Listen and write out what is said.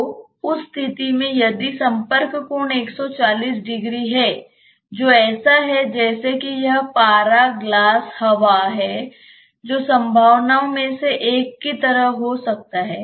तो उस स्थिति में यदि संपर्क कोण 140 डिग्री है जो ऐसा है जैसे कि यह पारा ग्लास हवा है जो संभावनाओं में से एक की तरह हो सकता है